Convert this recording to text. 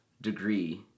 Degree